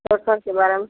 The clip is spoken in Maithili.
तऽ छठिके बारेमे